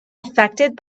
affected